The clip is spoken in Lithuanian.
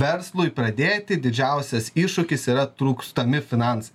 verslui pradėti didžiausias iššūkis yra trūkstami finansai